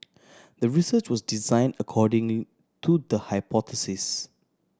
the research was design according to the hypothesis